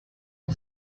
heu